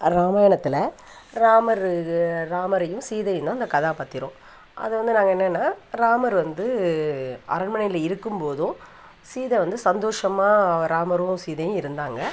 ராமாயணத்தில் ராமருக்கு ராமரையும் சீதையும் அந்த கதாபாத்திரம் அது வந்து நாங்கள் என்னென்னா ராமர் வந்து அரண்மனையில் இருக்கும் போதும் சீதை வந்து சந்தோஷமாக ராமரும் சீதையும் இருந்தாங்க